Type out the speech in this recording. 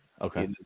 okay